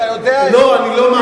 אתה יודע את זה.